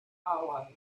hollow